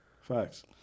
Facts